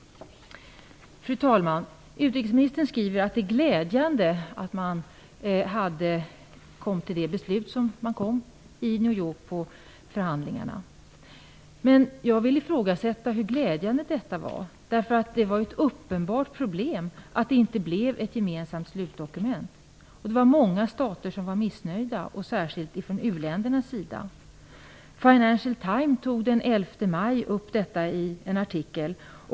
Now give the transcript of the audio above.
Fru talman! Utrikesministern skriver att det är glädjande att man kom till det beslut som man kom fram till i New York och förhandlingarna där. Men jag ifrågasätter hur glädjande detta är. Det var ju ett uppenbart problem att det inte blev ett gemensamt slutdokument. Många stater var missnöjda, särskilt uländer. I Financial Times togs detta upp i en artikel den 11 maj.